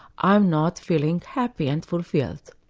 i'm not feeling happy and fulfilled?